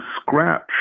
scratch